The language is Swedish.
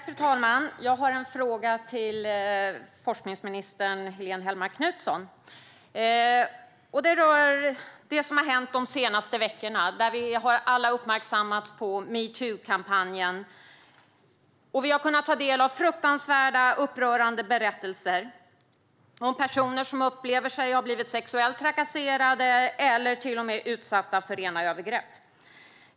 Fru talman! Jag har en fråga till forskningsminister Helene Hellmark Knutsson. Den rör det som har hänt de senaste veckorna där vi alla har uppmärksammats på metookampanjen. Vi har kunnat ta del av fruktansvärda, upprörande berättelser om personer som upplever sig ha blivit sexuellt trakasserade eller till och med utsatta för rena övergrepp.